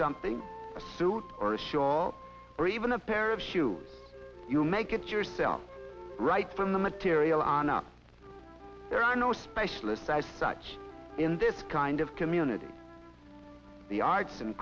something a suit or a shawl or even a pair of shoes you make it yourself right from the material on up there are no specialists as such in this kind of community the arts and